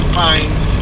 finds